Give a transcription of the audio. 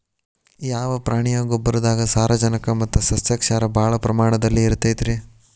ಯಾವ ಪ್ರಾಣಿಯ ಗೊಬ್ಬರದಾಗ ಸಾರಜನಕ ಮತ್ತ ಸಸ್ಯಕ್ಷಾರ ಭಾಳ ಪ್ರಮಾಣದಲ್ಲಿ ಇರುತೈತರೇ?